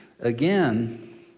again